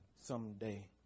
someday